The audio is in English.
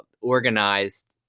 organized